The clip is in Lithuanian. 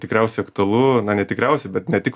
tikriausiai aktualu na ne tikriausiai bet ne tik